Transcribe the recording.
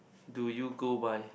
do you go buy